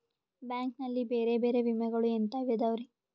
Bank ನಲ್ಲಿ ಬೇರೆ ಬೇರೆ ವಿಮೆಗಳು ಎಂತವ್ ಇದವ್ರಿ?